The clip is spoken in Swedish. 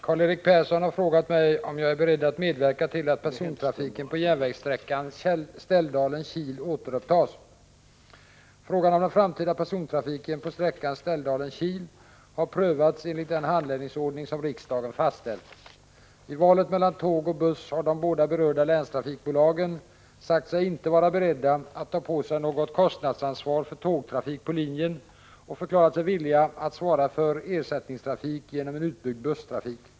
Herr talman! Karl-Erik Persson har frågat mig om jag är beredd att medverka till att persontrafiken på järnvägssträckan Ställdalen-Kil återupptas. Frågan om den framtida persontrafiken på sträckan Ställdalen-Kil har prövats enligt den handläggningsordning som riksdagen fastställt. I valet mellan tåg och buss har de båda berörda länstrafikbolagen sagt sig inte vara beredda att ta på sig något kostnadsansvar för tågtrafik på linjen och förklarat sig villiga att svara för ersättningstrafik genom en utbyggd busstrafik.